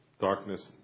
Darkness